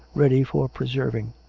ready for preserving.